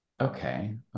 okay